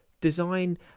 design